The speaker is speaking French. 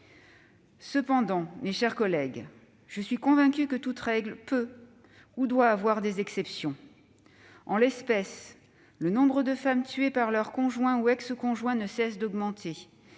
Cependant, mes chers collègues, je suis convaincue que toute règle peut ou doit avoir des exceptions. En l'espèce, le nombre de femmes tuées par leur conjoint ou ex-conjoint ne cesse d'augmenter.